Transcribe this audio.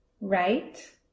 right